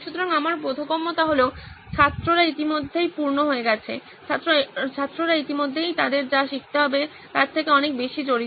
সুতরাং আমার বোধগম্যতা হলো ছাত্ররা ইতিমধ্যেই পূর্ণ হয়ে গেছে ছাত্ররা ইতিমধ্যেই তাদের যা শিখতে হবে তার সাথে অনেক বেশি জড়িত